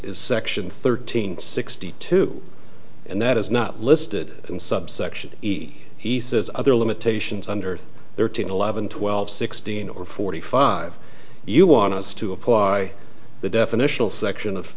is section thirteen sixty two and that is not listed in subsection he says other limitations under thirteen eleven twelve sixteen or forty five you want us to apply the definitional section of